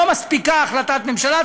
לא מספיקה החלטת ממשלה,